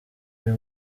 uyu